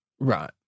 Right